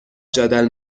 جدل